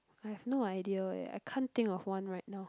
I've no idea eh I can't think of one right now